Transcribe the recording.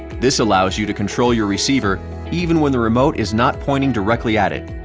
this allows you to control your receiver even when the remote is not pointing directly at it.